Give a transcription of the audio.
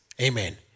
Amen